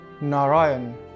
Narayan